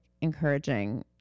encouraging